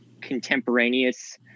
contemporaneous